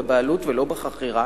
בבעלות ולא בחכירה,